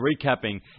recapping